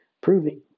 proving